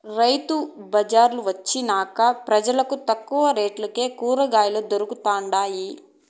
రైతు బళార్లు వొచ్చినంక పెజలకు తక్కువ రేట్లకే కూరకాయలు దొరకతండాయి